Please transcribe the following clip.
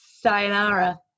sayonara